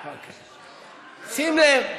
אייכלר,